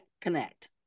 connect